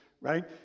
right